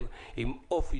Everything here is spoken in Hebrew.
גם את השווקים